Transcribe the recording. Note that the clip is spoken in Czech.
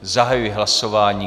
Zahajuji hlasování.